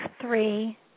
three